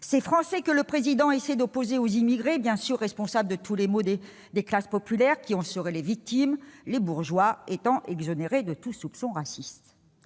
ces Français que le Président de la République essaie d'opposer aux immigrés, bien sûr responsables de tous les maux des classes populaires, qui en seraient les victimes, les bourgeois étant exonérés de tout soupçon raciste